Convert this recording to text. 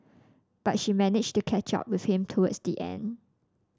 but she managed to catch up with him towards the end